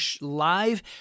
live